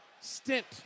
stint